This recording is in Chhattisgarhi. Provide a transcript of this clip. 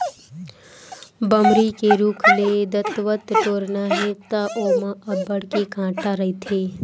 बमरी के रूख ले दतवत टोरना हे त ओमा अब्बड़ के कांटा रहिथे